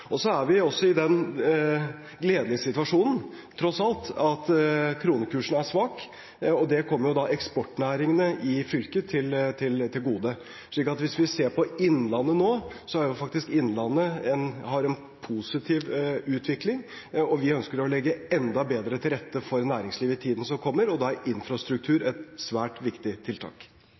Så er vi også i den gledelige situasjonen, tross alt, at kronekursen er svak, og det kommer eksportnæringene i fylket til gode. Hvis vi ser på innlandet nå, har faktisk innlandet en positiv utvikling. Vi ønsker å legge enda bedre til rette for næringslivet i tiden som kommer, og da er infrastruktur et svært viktig tiltak.